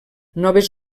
noves